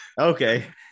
Okay